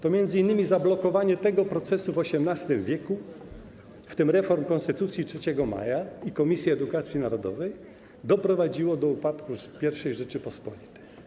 To m.in. zablokowanie tego procesu w XVIII w., w tym reform Konstytucji 3 maja i Komisji Edukacji Narodowej doprowadziło do upadku I Rzeczypospolitej.